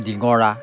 ডিঙৰা